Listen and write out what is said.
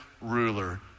ruler